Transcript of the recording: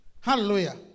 Hallelujah